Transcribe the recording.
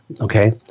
Okay